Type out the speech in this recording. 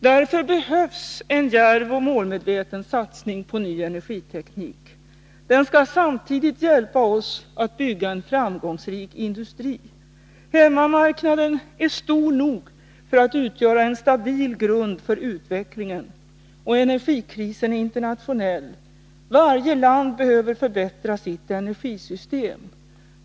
Därför behövs en djärv och målmedveten satsning på ny energiteknik. Den skall samtidigt hjälpa oss att bygga en framgångsrik industri. Hemmamarknaden är stor nog för att utgöra en stabil grund för utvecklingen. Och energikrisen är internationell — varje land behöver förbättra sitt energisystem.